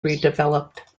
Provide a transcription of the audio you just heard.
redeveloped